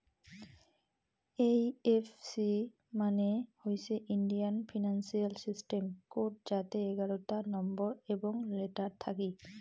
এই F C মানে হইসে ইন্ডিয়ান ফিনান্সিয়াল সিস্টেম কোড যাতে এগারোতা নম্বর এবং লেটার থাকি